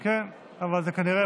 כן, כן, אבל זה כנראה פחות מעניין.